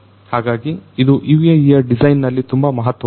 ಹಾಗಾಗಿ ಇದು UAVಯ ಡಿಸೈನ್ ನಲ್ಲಿ ತುಂಬಾ ಮಹತ್ವ ವಾದದ್ದು